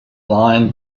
line